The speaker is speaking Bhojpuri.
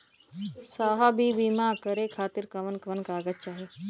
साहब इ बीमा करें खातिर कवन कवन कागज चाही?